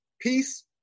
peace